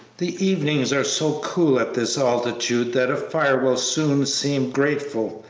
the evenings are so cool at this altitude that a fire will soon seem grateful,